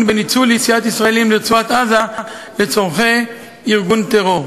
בניצול יציאת ישראלים לרצועת-עזה לצורכי ארגון טרור.